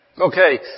Okay